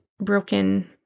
broken